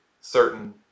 certain